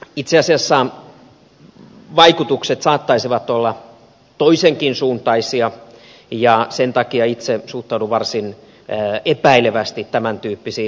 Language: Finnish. itse asiassa veron vaikutukset saattaisivat olla toisenkin suuntaisia ja sen takia itse suhtaudun varsin epäilevästi tämäntyyppisiin veroihin